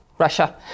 Russia